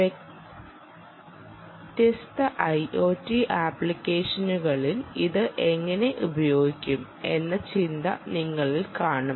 വ്യത്യസ്ത ഐഒടി ആപ്ലിക്കേഷനുകളിൽ ഇത് എങ്ങനെ ഉപയോഗിക്കും എന്ന ചിന്ത നിങ്ങളിൽ കാണും